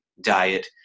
diet